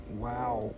Wow